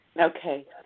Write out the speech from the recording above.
Okay